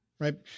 Right